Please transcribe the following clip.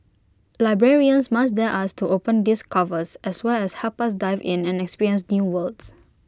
librarians must dare us to open these covers as well as help us dive in and experience new worlds